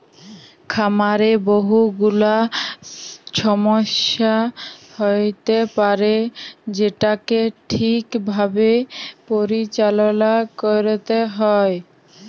খামারে বহু গুলা ছমস্যা হ্য়য়তে পারে যেটাকে ঠিক ভাবে পরিচাললা ক্যরতে হ্যয়